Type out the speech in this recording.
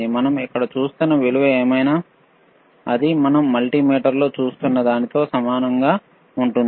మనం ఇక్కడ చూస్తున్న విలువ ఏమైనా అది మనం మల్టీమీటర్ లో చూస్తున్న దానితో సమానంగా ఉంటుంది